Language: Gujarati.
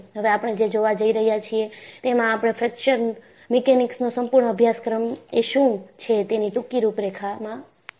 હવે આપણે જે જોવા જઈ રહ્યા છીએ તેમાં આપણે ફ્રેક્ચર મિકેનિક્સનો સંપૂર્ણ અભ્યાસક્રમ એ શું છે તેની ટૂંકી રૂપરેખા જોવામાં આવી છે